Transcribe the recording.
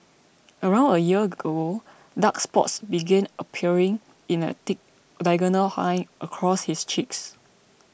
around a year ago dark spots began appearing in a thick diagonal line across his cheeks